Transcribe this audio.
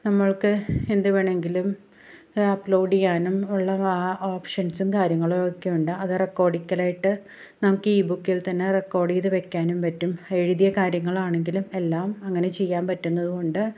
നമ്മൾക്ക് എന്തു വേണമെങ്കിലും അപ്ലോഡ് ചെയ്യാനും ഉള്ള ആ ഓപ്ഷൻസും കാര്യങ്ങളുമൊക്കെയുണ്ട് അത് റെക്കോഡിക്കലായിട്ട് നമുക്ക് ഇ ബുക്കിൽ തന്നെ റെക്കോഡ് ചെയ്തു വെയ്ക്കാനും പറ്റും എഴുതിയ കാര്യങ്ങളാണെങ്കിലും എല്ലാം അങ്ങനെ ചെയ്യാൻ പറ്റുന്നതുകൊണ്ട്